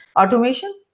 automation